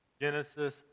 Genesis